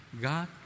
God